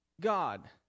God